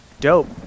Dope